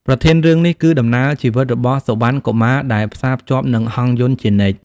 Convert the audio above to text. ប្រធានរឿងនេះគឺដំណើរជីវិតរបស់សុវណ្ណកុមារ ដែលផ្សារភ្ជាប់នឹងហង្សយន្តជានិច្ច។